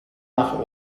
nach